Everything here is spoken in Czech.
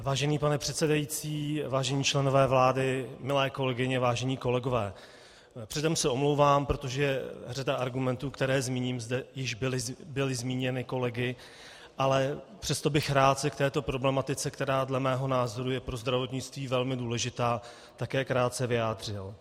Vážený pane předsedající, vážení členové vlády, milé kolegyně, vážení kolegové, předem se omlouvám, protože řada argumentů, které zmíním, již byla zmíněna kolegy, ale přesto bych se rád k této problematice, která dle mého názoru je pro zdravotnictví velmi důležitá, také krátce vyjádřil.